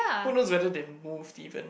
who knows whether they moved even